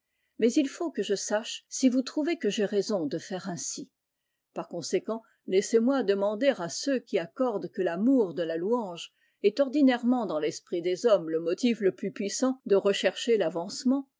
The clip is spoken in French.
mais il faut que je sache si vous trouvez que j'ai raison de faire ainsi par conséquent laissez-moi demander à ceux qui accordent que l'amour de la louange est ordinairement dans l'esprit des hommes le motif le plus puissant de rechercher l'avancement